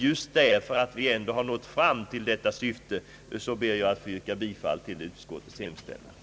Just därför att vi ändå nått fram till det åsyftade resultatet ber jag i alla fall att få yrka bifall till utskottets hemställan.